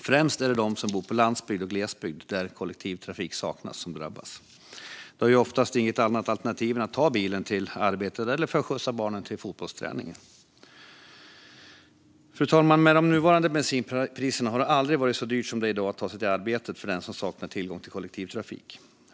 Främst är det de som bor på landsbygden och i glesbygd, där kollektivtrafik saknas, som drabbas. De har oftast inget annat alternativ än att ta bilen till arbetet eller för att skjutsa barnen till fotbollsträningen. Fru talman! Med de nuvarande bensinpriserna har det aldrig varit så dyrt som i dag att ta sig till arbetet för den som saknar tillgång till kollektivtrafik.